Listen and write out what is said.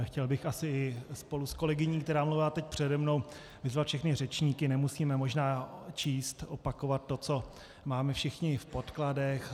Chtěl bych asi spolu s kolegyní, která mluvila teď přede mnou, vyzvat všechny řečníky nemusíme možná číst, opakovat to, co máme všichni v podkladech.